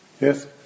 Yes